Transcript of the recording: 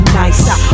nice